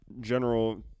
general